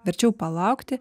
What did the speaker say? verčiau palaukti